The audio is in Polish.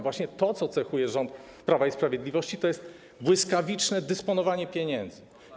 Właśnie to, co cechuje rząd Prawa i Sprawiedliwości, to jest błyskawiczne dysponowanie pieniędzmi.